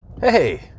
Hey